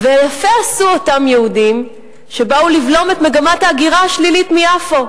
יפה עשו אותם יהודים שבאו לבלום את מגמת ההגירה השלילית ביפו,